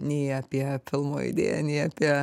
nei apie filmo idėją nei apie